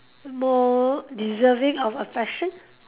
more deserving of affection